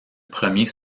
premier